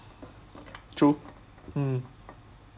true um